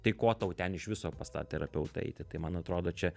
tai ko tau ten iš viso pas tą terapeutą eiti tai man atrodo čia